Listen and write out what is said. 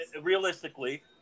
realistically